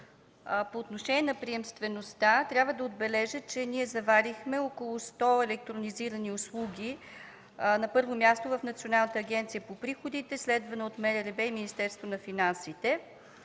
По отношение на приемствеността трябва да отбележа, че заварихме около 100 електронизирани услуги – на първо място, в Националната агенция по приходите, следвана от МРРБ и Министерството на финансите.